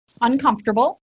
uncomfortable